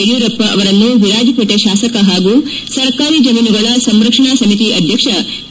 ಯಡಿಯೂರಪ್ಪ ಅವರನ್ನು ವಿರಾಜಪೇಟೆ ಶಾಸಕ ಹಾಗೂ ಸರ್ಕಾರಿ ಜಮೀನುಗಳ ಸಂರಕ್ಷಣಾ ಸಮಿತಿ ಅಧ್ಯಕ್ಷ ಕೆ